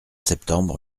septembre